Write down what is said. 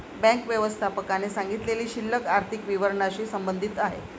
bank व्यवस्थापकाने सांगितलेली शिल्लक आर्थिक विवरणाशी संबंधित आहे